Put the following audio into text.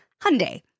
Hyundai